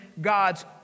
God's